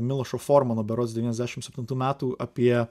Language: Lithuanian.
milošo formano berods devyniasdešimt septintų metų apie